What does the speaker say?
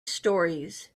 stories